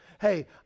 Hey